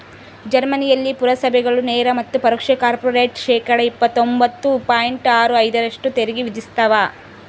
ಜರ್ಮನಿಯಲ್ಲಿ ಪುರಸಭೆಗಳು ನೇರ ಮತ್ತು ಪರೋಕ್ಷ ಕಾರ್ಪೊರೇಟ್ ಶೇಕಡಾ ಇಪ್ಪತ್ತೊಂಬತ್ತು ಪಾಯಿಂಟ್ ಆರು ಐದರಷ್ಟು ತೆರಿಗೆ ವಿಧಿಸ್ತವ